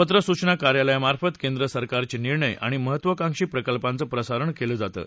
पत्र सूचना कार्यालयामार्फत केंद्र सरकारचे निर्णय आणि महत्त्वाकांक्षी प्रकल्पांचं प्रसारण केलं जातं